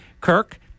Kirk